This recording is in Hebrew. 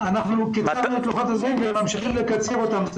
קיצרנו את לוחות הזמנים וממשיכים לקצר אותם.